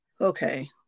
okay